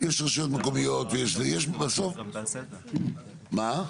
יש רשויות מקומיות, ויש בסוף, מה?